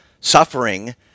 Suffering